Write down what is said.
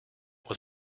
was